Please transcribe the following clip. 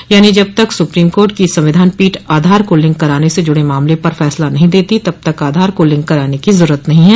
यानी जब तक सुप्रीम कोर्ट की संविधान पीठ आधार को लिंक कराने से जुड़े मामले पर फैसला नहीं देती तब तक आधार को लिंक कराने की जरूरत नहीं है